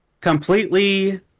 completely